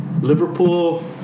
Liverpool